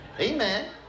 Amen